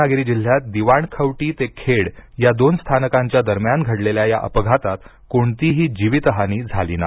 रत्नागिरी जिल्ह्यात दिवाणखवटी ते खेड या दोन स्थानकांच्या दरम्यान घडलेल्या या अपघातात कोणतीही जीवित हानी झाली नाही